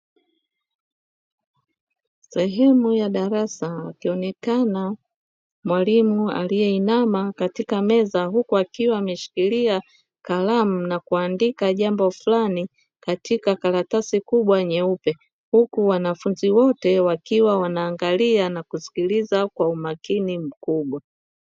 Sehemu ya darasa akioneka mwalimu aliyeinama katika meza, huku akiwa ameshikilia kalamu na kuandika jambo fulani katika karatasi kubwa nyeupe. Huku wanafunzi wote wakiwa wanaangalia na kusikiliza kwa umakini mkubwa.